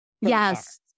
Yes